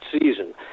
season